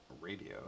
Radio